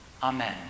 Amen